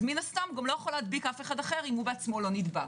מן הסתם גם לא יכול להדביק אף אחד אחר אם הוא בעצמו לא נדבק.